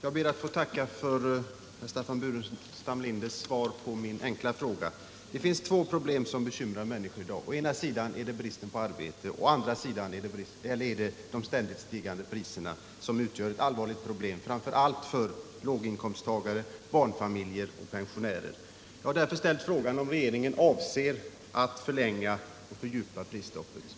Jag ber att få tacka för Staffan Burenstam Linders svar på min enkla fråga. Det finns särskilt två problem som bekymrar människor i dag: å ena sidan är det bristen på arbete och å andra sidan är det de ständigt stigande priserna, som utgör ett allvarligt bekymmer framför allt för låginkomsttagare, barnfamiljer och pensionärer. Jag har därför ställt frågan, om regeringen avser att förlänga och fördjupa prisstoppet.